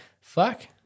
Fuck